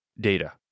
data